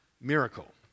miracle